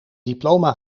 diploma